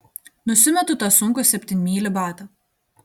nusimetu tą sunkų septynmylį batą